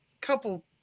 couple